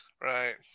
Right